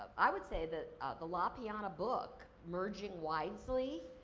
i would say, the the la piana book, merging wisely,